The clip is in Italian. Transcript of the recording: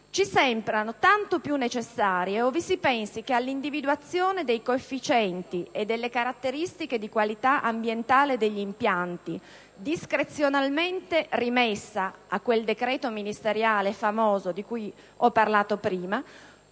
ci sembrano tanto più necessarie ove si pensi che all'individuazione dei coefficienti e delle caratteristiche di qualità ambientale degli impianti, discrezionalmente rimessa a quel decreto ministeriale di cui ho parlato prima,